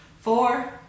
four